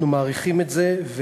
אנחנו מעריכים את זה,